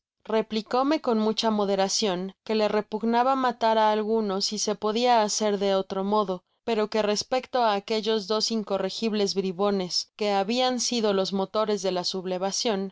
replicóme con mucha moderacion que le repugnaba matar á alguno si se podia hacer de otro modo pero que eon respecto á aquellos dos incorregibles bribones que habian sido los motores de la